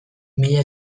mila